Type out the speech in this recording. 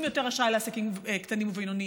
יותר אשראי לעסקים קטנים ובינוניים,